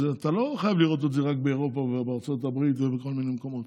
אתה לא חייב לראות את זה רק באירופה ובארצות הברית ובכל מיני מקומות.